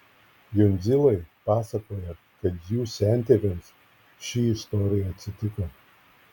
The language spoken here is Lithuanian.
jundzilai pasakoja kad jų sentėviams ši istorija atsitiko